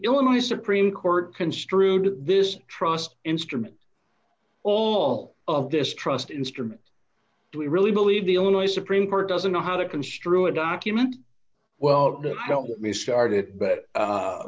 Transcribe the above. illinois supreme court construed this trust instrument all of this trust instrument do we really believe the illinois supreme court doesn't know how to construe a document well don't get me started but